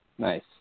Nice